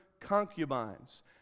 concubines